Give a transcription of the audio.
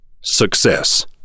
Success